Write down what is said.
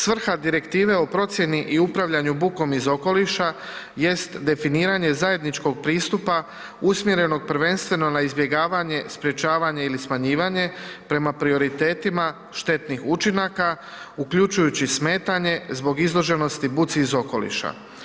Svrha Direktive o procjeni i upravljanju bukom iz okoliša jest definiranje zajedničkog pristupa usmjerenog prvenstveno na izbjegavanje, sprečavanje ili smanjivanje, prema prioritetima štetnih učinaka uključujući smetanje zbog izloženosti buci iz okoliša.